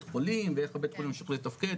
חולים ואיך הבית חולים המשיך לתפקד.